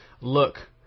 look